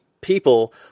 people